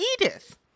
Edith